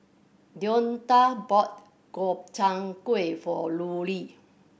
Deonta bought Gobchang Gui for Lulie